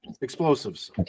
explosives